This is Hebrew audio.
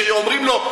שכשאומרים לו,